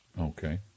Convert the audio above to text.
Okay